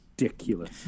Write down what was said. Ridiculous